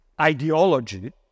ideology